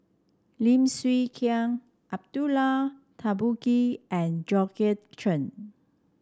Lim Chwee Chian Abdullah Tarmugi and Georgette Chen